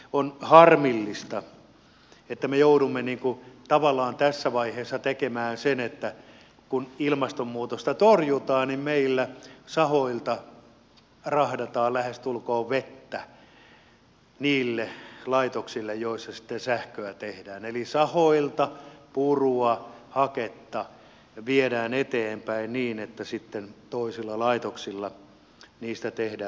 on harmillista että me joudumme tavallaan tässä vaiheessa tekemään sen että kun ilmastonmuutosta torjutaan niin meillä sahoilta rahdataan lähestulkoon vettä niille laitoksille joissa sitten sähkö tehdään eli sahoilta purua ja haketta viedään eteenpäin niin että sitten toisilla laitoksilla niistä tehdään sähköä